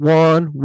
one